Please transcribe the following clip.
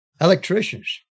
electricians